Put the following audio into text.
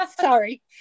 sorry